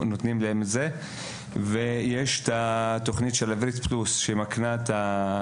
יש לנו את תוכנית ׳עברית פלוס׳ שהיא כלי